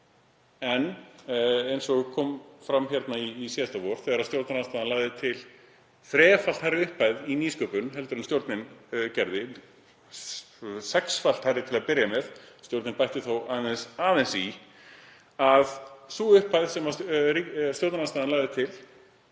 En eins og kom fram síðasta vor, þegar stjórnarandstaðan lagði til þrefalt hærri upphæð í nýsköpun en stjórnin gerði, sexfalt hærri til að byrja með, stjórnin bætti þó aðeins í, var sú upphæð sem stjórnarandstaðan lagði til